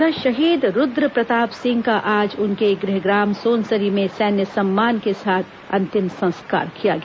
उधर शहीद रूद्रप्रताप सिंह का आज उनके गृहग्राम सोनसरी में सैन्य सम्मान के साथ अंतिम संस्कार किया गया